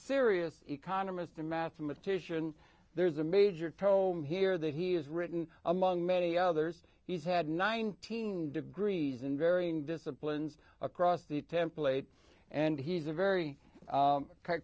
serious economist a mathematician there's a major tome here that he's written among many others he's had nineteen degrees in varying disciplines across the template and he's a very